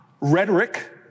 rhetoric